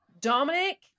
Dominic